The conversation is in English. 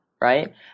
right